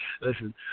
Listen